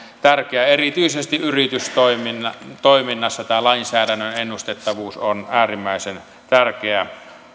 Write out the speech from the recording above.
tärkeää erityisesti yritystoiminnassa tämä lainsäädännön ennustettavuus on äärimmäisen tärkeä